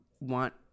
want